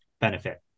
benefit